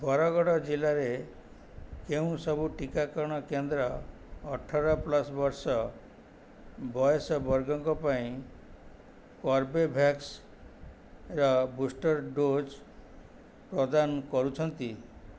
ବରଗଡ଼ ଜିଲ୍ଲାରେ କେଉଁ ସବୁ ଟିକାକରଣ କେନ୍ଦ୍ର ଅଠର ପ୍ଲସ୍ ବର୍ଷ ବୟସ ବର୍ଗଙ୍କ ପାଇଁ କର୍ବେଭ୍ୟାକ୍ସର ବୁଷ୍ଟର୍ ଡୋଜ୍ ପ୍ରଦାନ କରୁଛନ୍ତି